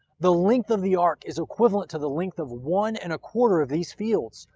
the length of the ark is equivalent to the length of one and a quarter of these fields,